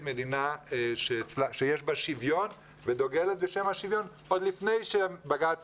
מדינה שיש בה שוויון ודוגלת בשם השוויון עוד לפני שבג"צ